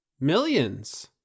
millions